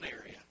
area